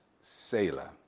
sailor